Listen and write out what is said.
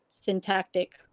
syntactic